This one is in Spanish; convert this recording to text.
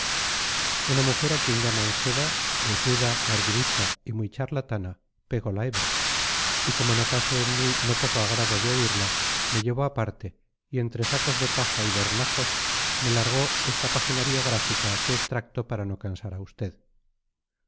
una mujer a quien llaman seda huesuda larguirucha y muy charlatana pegó la hebra y como notase en mí no poco agrado de oírla me llevó aparte y entre sacos de paja y dornajos me largó esta página biográfica que extracto para no cansar a usted